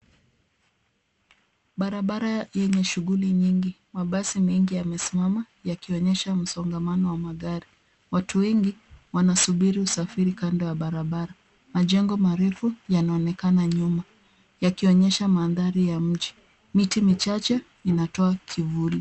Barabara yenye shughuli nyingi. Mabasi mengi yamesimama yakionyesha msongamano wa magari. Watu wengi wanasubiri usafiri kando ya barabara. Mejengo marefu yanaonekana nyuma yakionyesha mandhari ya mji. Miti michache inatoa kivuli.